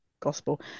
gospel